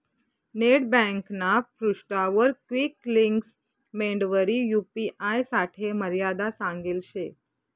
net ब्यांकना पृष्ठावर quick links मेंडवरी यू.पी.आय साठे मर्यादा सांगेल शे